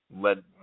led